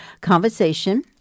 conversation